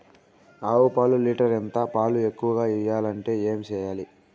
ఆవు పాలు లీటర్ ఎంత? పాలు ఎక్కువగా ఇయ్యాలంటే ఏం చేయాలి?